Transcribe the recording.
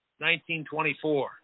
1924